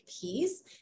piece